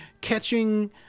catching